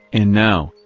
and now,